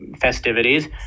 festivities